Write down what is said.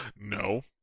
No